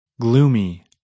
Gloomy